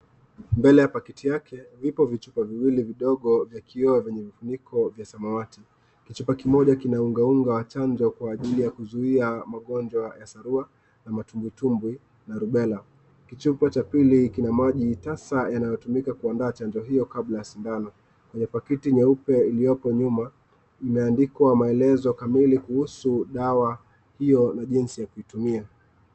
Mbele ya pakiti yake, vipo vichupa viwili vidogo vikiwa vyenye vifuniko vya samawati. Kichupa kimoja kinaungaunga chanjo kwa ajili ya kuzuia magonjwa ya sarua na matumbwitumbwi na rubela. Kichupa cha pili kina maji tasa yanayotumika kuandaa chanjo hiyo kabla ya sindano. Kwenye pakiti nyeupe iliyopo nyuma, imeandikwa maelezo kamili kuhusu dawa hiyo na jinsi ya kuitumia.